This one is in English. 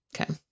Okay